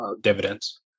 dividends